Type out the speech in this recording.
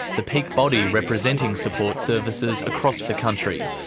the peak body representing support services across the country.